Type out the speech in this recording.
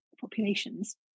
populations